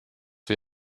wie